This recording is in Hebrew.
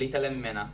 ולהתעלם ממנה.